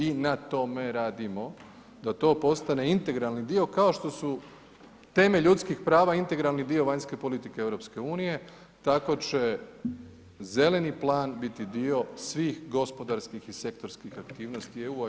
I na tome radimo da to postane integralni dio kao što su temelj ljudskih prava integralni dio vanjske politike EU tako će zeleni plan biti dio svih gospodarskih i sektorskih aktivnosti EU-a i Hrvatske.